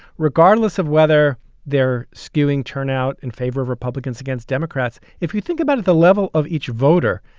regardless of whether they're skewing turnout in favor of republicans against democrats, if you think about it, the level of each voter,